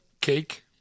cake